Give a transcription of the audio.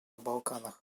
балканах